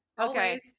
Okay